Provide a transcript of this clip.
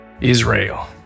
Israel